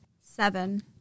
Seven